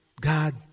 God